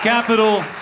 Capital